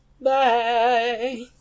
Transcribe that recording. Bye